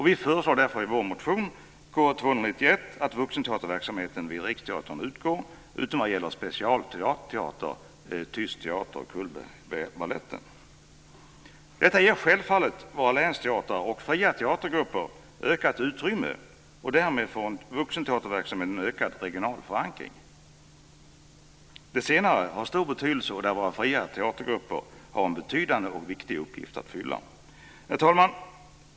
Vi föreslår därför i vår motion, Kr291, att vuxenteaterverksamheten vid Riksteatern ska utgå utom när det gäller specialteater, Tyst Teater och Cullbergbaletten. Detta ger självfallet våra länsteatrar och fria teatergrupper ökat utrymme, och därmed får vuxenteaterverksamheten en ökad regional förankring. Det senare har stor betydelse, och där har våra fria teatergrupper en betydande och viktig uppgift att fylla. Herr talman!